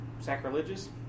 sacrilegious